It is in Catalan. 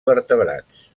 vertebrats